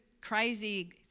crazy